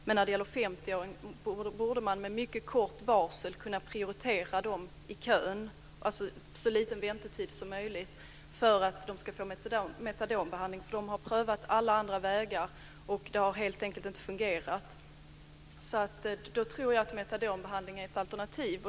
När det gäller 50 åringarna borde man med mycket kort varsel kunna prioritera dem i kön, dvs. ge dem metadonbehandling med så liten väntetid som möjligt. De har prövat alla andra vägar, och det har helt enkelt inte fungerat. Då tror jag att metadonbehandling är ett alternativ.